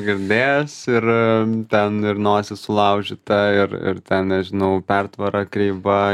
gerbėjas ir ten ir nosis sulaužyta ir ir ten nežinau pertvara kreiva